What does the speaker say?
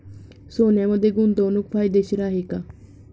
सोन्यामध्ये गुंतवणूक फायदेशीर आहे का?